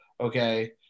okay